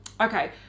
okay